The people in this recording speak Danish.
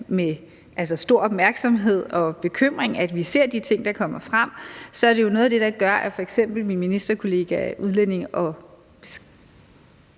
med stor opmærksomhed og bekymring, at vi ser på de ting, der kommer frem, så er det jo noget af det, der gør, at f.eks. min ministerkollega udlændinge- og